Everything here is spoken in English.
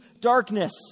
darkness